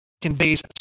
conveys